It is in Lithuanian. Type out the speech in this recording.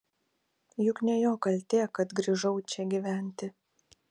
juk ne jo kaltė kad grįžau čia gyventi